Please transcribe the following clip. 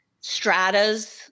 stratas